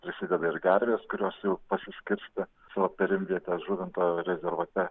prasideda ir gervės kurios jau pasiskirstę savo perimvietes žuvinto rezervate